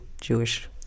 Jewish